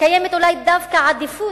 קיימת אולי דווקא עדיפות,